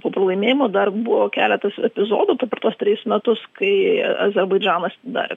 po pralaimėjimo dar buvo keletas epizodų tų per tuos trejus metus kai azerbaidžanas dar